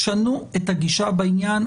שנו את הגישה בעניין.